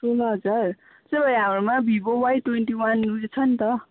सोह्र हजार त्यो हाम्रोमा भिभो वाई ट्वेन्टी वन उयो छ नि त